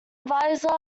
advisor